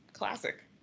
Classic